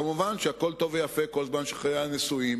כמובן, הכול טוב ויפה כל זמן שחיי הנישואים